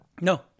No